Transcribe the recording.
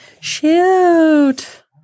Shoot